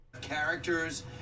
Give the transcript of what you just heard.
Characters